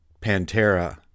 Pantera